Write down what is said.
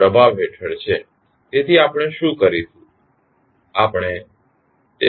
તેથી આપણે શું કરીશું આપણે તે બંનેને સમાંતર માં જોડીશું